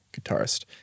guitarist